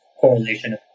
correlation